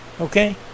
Okay